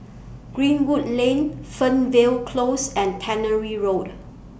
Greenwood Lane Fernvale Close and Tannery Road